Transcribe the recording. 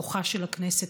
כוחה של הכנסת,